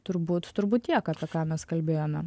turbūt turbūt tiek apie ką mes kalbėjome